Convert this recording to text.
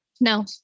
No